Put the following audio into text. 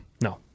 No